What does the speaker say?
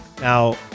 Now